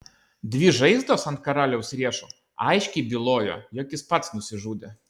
dvi žaizdos ant karaliaus riešų aiškiai bylojo jog jis pats nusižudė